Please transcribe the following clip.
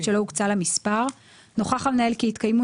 שלא הוקצה לה מספר 40ב. נוכח המנהל כי התקיימו